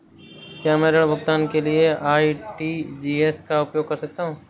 क्या मैं ऋण भुगतान के लिए आर.टी.जी.एस का उपयोग कर सकता हूँ?